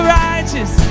righteous